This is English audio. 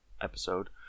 episode